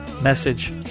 message